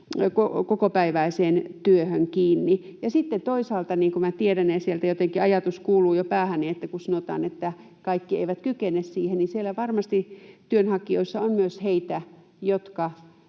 kuin minä tiedän ja sieltä jotenkin ajatus jo kuuluu päähäni, kun sanotaan, että kaikki eivät kykene siihen, niin varmasti työnhakijoissa on myös heitä, jotka